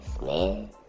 man